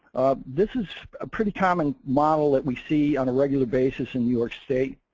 this is a pretty common model that we see on a regular basis in new york state.